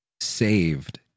saved